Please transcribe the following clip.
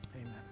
amen